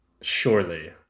Surely